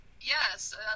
yes